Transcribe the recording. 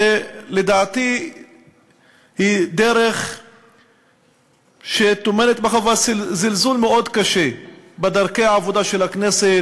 שלדעתי היא דרך שטומנת בחובה זלזול מאוד קשה בדרכי העבודה של הכנסת,